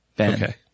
Okay